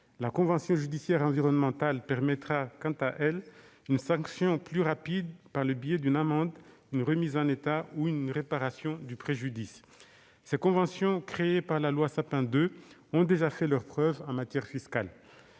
La convention judiciaire environnementale permettra, quant à elle, une sanction plus rapide par le biais d'une amende, d'une remise en état ou d'une réparation du préjudice. Les conventions créées par la loi du 9 décembre 2016 relative à la